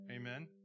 Amen